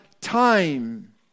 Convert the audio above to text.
time